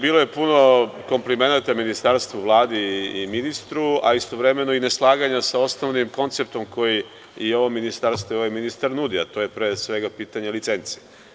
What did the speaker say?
Bilo je puno komplimenata Ministarstvu, Vladi i ministru, a istovremeno i neslaganja sa osnovnim konceptom koji i ovo ministarstvo i ovaj ministar nudi, a to je pre svega pitanje licence.